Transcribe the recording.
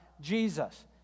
Jesus